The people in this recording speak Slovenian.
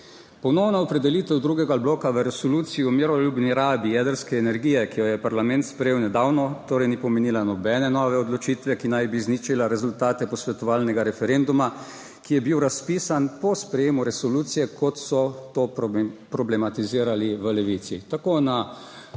Ponovno opredelitev drugega bloka v resoluciji o miroljubni rabi jedrske energije, ki jo je parlament sprejel nedavno, 7. TRAK: (NB) – 14.30 (Nadaljevanje) torej ni pomenila nobene nove odločitve, ki naj bi izničila rezultate posvetovalnega referenduma, ki je bil razpisan po sprejemu resolucije, kot so to problematizirali v Levici, tako na